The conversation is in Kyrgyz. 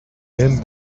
мен